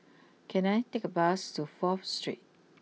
can I take a bus to fourth Street